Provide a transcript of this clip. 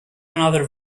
another